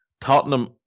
Tottenham